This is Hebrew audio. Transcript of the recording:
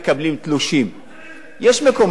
יש מקומות שאתה חייב לתת את זה, אין מה לעשות.